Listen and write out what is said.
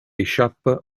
échappe